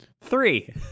Three